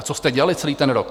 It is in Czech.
Co jste dělali celý ten rok?